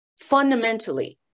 fundamentally